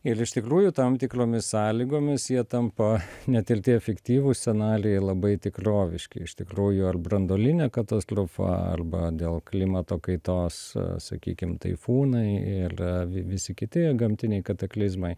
ir iš tikrųjų tam tikromis sąlygomis jie tampa net ir tie fiktyvūs scenalijai labai tikroviški iš tikrųjų ar branduolinė katastrofa arba dėl klimato kaitos sakykim taifūnai ir vi visi kiti gamtiniai kataklizmai